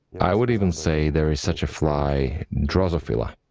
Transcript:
i would even say there is such a fly drosophila,